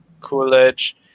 coolidge